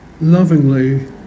lovingly